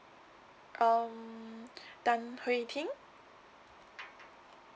um tan hui ting